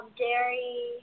dairy